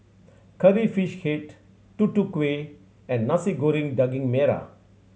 Curry Fish Head Tutu Kueh and Nasi Goreng Daging Merah